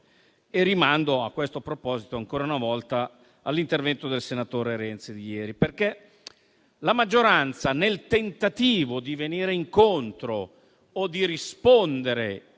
Rimando a tal proposito, ancora una volta, all'intervento del senatore Renzi di ieri, perché la maggioranza, nel tentativo di venire incontro o di rispondere